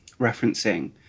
referencing